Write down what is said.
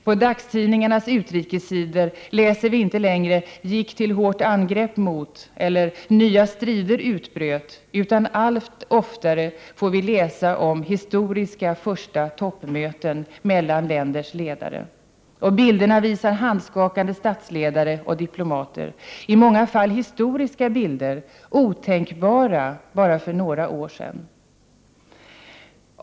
På dagstidningarnas utrikessidor läser vi inte längre ”gick till hårt angrepp mot” eller ”nya strider utbröt” utan allt oftare får vi läsa om historiska första toppmöten mellan länders ledare. Bilderna visar handskakande statsledare och diplomater. I många fall är det historiska bilder som skulle ha varit otänkbara för bara några år sedan.